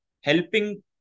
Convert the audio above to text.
helping